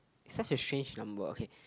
such a shave number okay